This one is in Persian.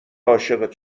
عاشقت